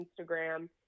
Instagram